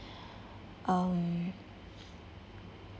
um